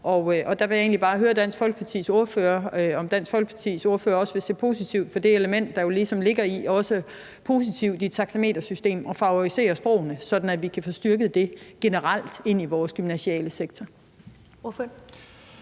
Dansk Folkepartis ordfører, om Dansk Folkepartis ordfører også vil se positivt på det element, der ligesom også ligger i et taxametersystem og favoriserer sprogene, sådan at vi kan få styrket den del generelt i vores gymnasiale sektor.